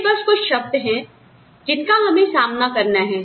ये बस कुछ शब्द हैं जिनका हमें सामना करना हैं